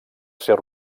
ser